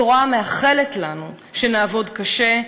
התורה מאחלת לנו שנעבוד קשה,